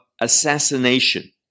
assassination